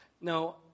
No